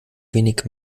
wenig